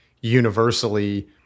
universally